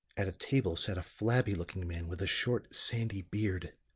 at a table sat a flabby looking man with a short sandy beard.